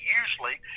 usually